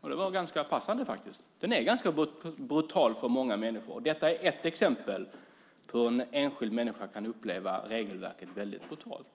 Det var ganska passande. Den är ganska brutal för många människor, och detta är ett exempel på hur en enskild människa kan uppleva regelverket väldigt brutalt.